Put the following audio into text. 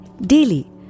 daily